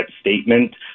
statement